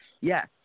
yes